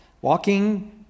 Walking